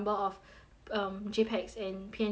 um JPEGs and PNGs he can upload